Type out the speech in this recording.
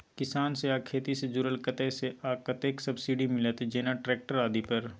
किसान से आ खेती से जुरल कतय से आ कतेक सबसिडी मिलत, जेना ट्रैक्टर आदि पर?